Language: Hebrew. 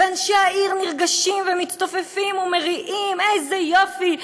אנשי העיר נרגשים ומצטופפים ומריעים: איזה יופי,